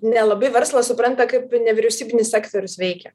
nelabai verslas supranta kaip nevyriausybinis sektorius veikia